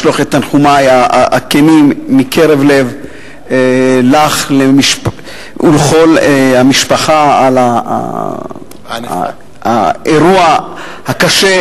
לשלוח את תנחומי הכנים מקרב לב לך ולכל המשפחה על האירוע הקשה,